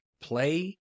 play